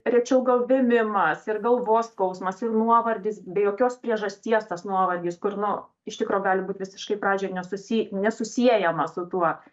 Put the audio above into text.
rečiau gal vėmimas ir galvos skausmas ir nuovargis be jokios priežasties tas nuovargis kur nu iš tikro gali būt visiškai pradžioj ir nesusi nesusiejama su tuo